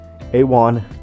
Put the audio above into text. A1